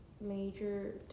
major